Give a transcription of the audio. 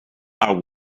are